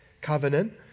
covenant